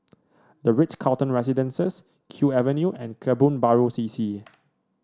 the Ritz Carlton Residences Kew Avenue and Kebun Baru C C